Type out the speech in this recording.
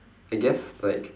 I guess like